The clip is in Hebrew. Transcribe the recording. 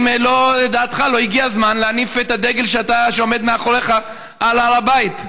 האם לדעתך לא הגיע הזמן להניף את הדגל שעומד מאחוריך על הר הבית?